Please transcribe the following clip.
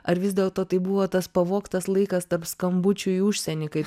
ar vis dėlto tai buvo tas pavogtas laikas tarp skambučių į užsienį kai